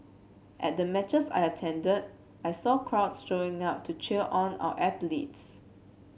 at the matches I attended I saw crowds showing up to cheer on our athletes